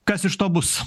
kas iš to bus